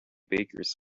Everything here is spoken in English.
bakers